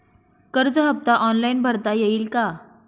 कर्ज हफ्ता ऑनलाईन भरता येईल का?